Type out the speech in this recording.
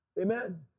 Amen